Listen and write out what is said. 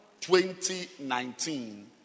2019